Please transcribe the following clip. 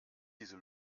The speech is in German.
diese